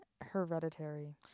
hereditary